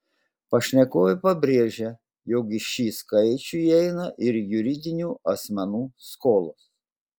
pašnekovė pabrėžia jog į šį skaičių įeina ir juridinių asmenų skolos